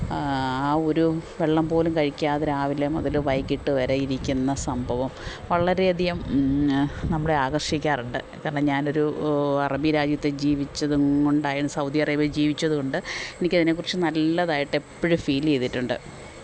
ആ ഒരു വെള്ളം പോലും കഴിക്കാതെ രാവിലെ മുതല് വൈകീട്ട് വരെ ഇരിക്കുന്ന സംഭവം വളരെയധികം ന നമ്മളെ ആകര്ഷിക്കാറുണ്ട് കാരണം ഞാനൊരു അറബി രാജ്യത്ത് ജീവിച്ചതും കൊണ്ടായാലും സൗദി അറേബ്യയില് ജീവിച്ചതുകൊണ്ട് എനിക്കതിനെക്കുറിച്ച് നല്ലതായിട്ടെപ്പോഴും ഫീലീയ്തിട്ടുണ്ട്